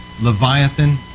Leviathan